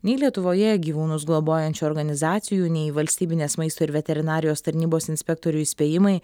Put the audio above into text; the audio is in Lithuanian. nei lietuvoje gyvūnus globojančių organizacijų nei valstybinės maisto ir veterinarijos tarnybos inspektorių įspėjimai